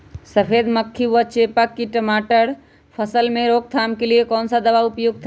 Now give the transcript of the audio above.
सफेद मक्खी व चेपा की टमाटर की फसल में रोकथाम के लिए कौन सा दवा उपयुक्त है?